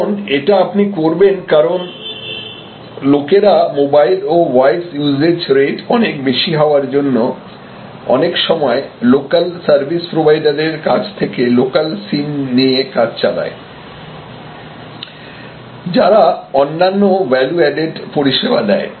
এবং এটা আপনি করবেন কারণ লোকেরা মোবাইল ও ভয়েস ইউসেজ রেট অনেক বেশি হওয়ার জন্য অনেক সময় লোকাল সার্ভিস প্রোভাইডারের কাছ থেকে লোকাল সিম দিয়ে কাজ চালায় যারা অন্যান্য ভ্যালু অ্যাডেড পরিষেবা দেয়